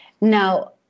Now